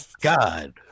God